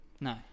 No